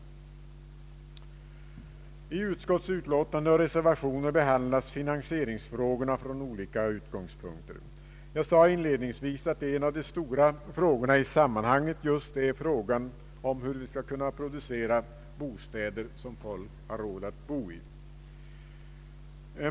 I utskottsutlåtande och reservationer behandlas finansieringsfrågorna från olika utgångspunkter. Jag sade inledningsvis att en av de stora frågorna i sammanhanget just är hur vi skall kunna producera bostäder som folk har råd att bo i.